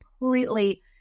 completely